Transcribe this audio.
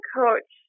coach